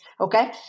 Okay